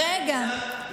רגע,